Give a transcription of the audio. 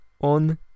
On